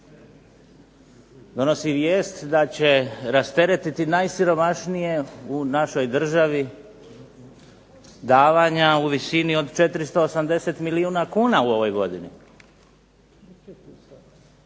Donosi vijest da će rasteretiti najsiromašnije u našoj državi davanja u visini od 480 milijuna kuna u ovoj godini.